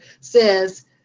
says